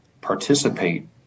participate